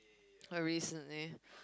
quite recently